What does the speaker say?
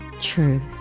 Truth